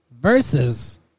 versus